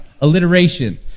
Alliteration